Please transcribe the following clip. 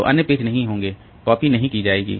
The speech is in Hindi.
तो अन्य पेज नहीं होंगे कॉपी नहीं की जाएगी